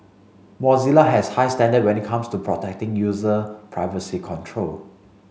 Mozilla has high standard when it comes to protecting user privacy control